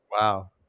Wow